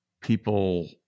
people